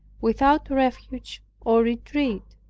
without refuge or retreat,